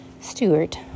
Stewart